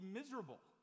miserable